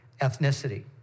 Ethnicity